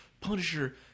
Punisher